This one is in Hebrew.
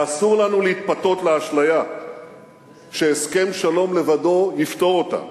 ואסור לנו להתפתות לאשליה שהסכם שלום לבדו יפתור אותן.